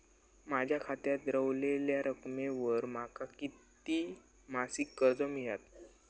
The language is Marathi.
माझ्या खात्यात रव्हलेल्या रकमेवर माका किती मासिक कर्ज मिळात?